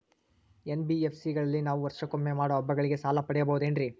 NBSC ಗಳಲ್ಲಿ ನಾವು ವರ್ಷಕೊಮ್ಮೆ ಮಾಡೋ ಹಬ್ಬಗಳಿಗೆ ಸಾಲ ಪಡೆಯಬಹುದೇನ್ರಿ?